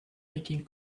making